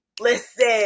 listen